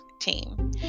team